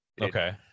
okay